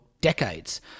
decades